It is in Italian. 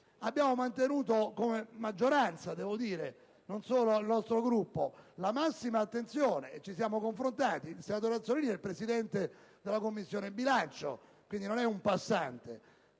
Abbiamo mantenuto come maggioranza - non solo il mio Gruppo - la massima attenzione e ci siamo confrontati (il senatore Azzollini è il presidente della Commissione bilancio, non un passante)